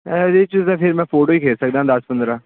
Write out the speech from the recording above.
ਇਹਦੇ 'ਚ ਤਾਂ ਫਿਰ ਮੈਂ ਫੋਟੋ ਹੀ ਖਿੱਚ ਸਕਦਾਂ ਦਸ ਪੰਦਰ੍ਹਾਂ